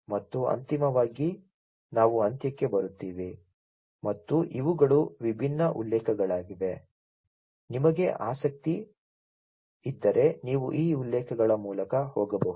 ಮತ್ತು ಅಂತಿಮವಾಗಿ ನಾವು ಅಂತ್ಯಕ್ಕೆ ಬರುತ್ತೇವೆ ಮತ್ತು ಇವುಗಳು ವಿಭಿನ್ನ ಉಲ್ಲೇಖಗಳಾಗಿವೆ ನಿಮಗೆ ಆಸಕ್ತಿ ಇದ್ದರೆ ನೀವು ಈ ಉಲ್ಲೇಖಗಳ ಮೂಲಕ ಹೋಗಬಹುದು